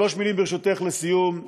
שלוש מילים, ברשותך, לסיום.